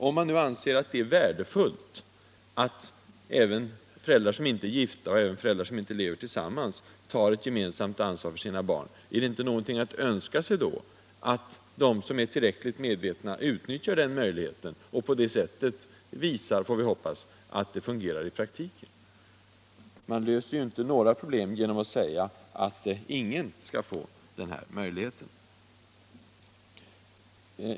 Om man anser att det är värdefullt att även föräldrar som inte är gifta och som inte lever tillsammans får ta gemensamt ansvar för sina barn, är det då inte någonting att önska sig att några utnyttjar denna möjlighet och på det sättet visar — får vi hoppas —- att det fungerar i praktiken? Man löser ju inte några problem genom att inte ge någon den här möjligheten.